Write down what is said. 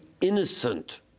innocent